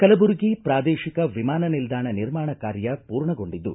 ಕಲಬುರ್ಗಿ ಪ್ರಾದೇಶಿಕ ವಿಮಾನ ನಿಲ್ದಾಣ ನಿರ್ಮಾಣ ಕಾರ್ಯ ಪೂರ್ಣಗೊಂಡಿದ್ದು